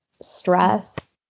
stress